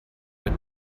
mit